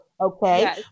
Okay